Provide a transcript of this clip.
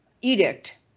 edict